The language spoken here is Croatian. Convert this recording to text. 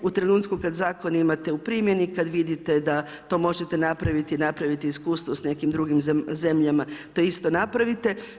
U trenutku kad zakon imate u primjeni, kad vidite da to možete napraviti, napravite iskustvo s nekim drugim zemljama to isto napravite.